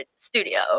studio